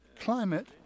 climate